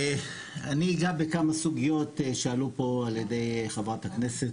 אני אגע בכמה סוגיות שהועלו פה על ידי חברת הכנסת.